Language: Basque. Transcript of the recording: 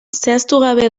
zehaztugabe